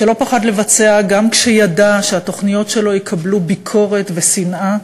שלא פחד לבצע גם כשידע שהתוכניות שלו יקבלו ביקורת ושנאה,